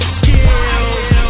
skills